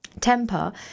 temper